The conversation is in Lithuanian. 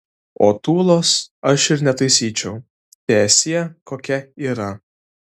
o tūlos aš ir netaisyčiau teesie kokia yra